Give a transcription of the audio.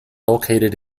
located